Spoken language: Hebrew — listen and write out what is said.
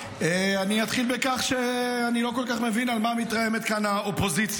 אני אתחיל בכך שאני לא כל כך מבין על מה מתרעמת כאן האופוזיציה.